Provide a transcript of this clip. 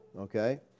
okay